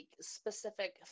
specific